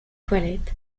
toilette